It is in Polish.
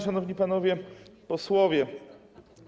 Szanowni Panowie Posłowie!